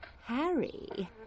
Harry